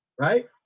Right